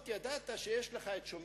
לוקח את מכשיר